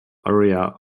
area